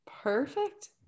Perfect